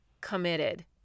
committed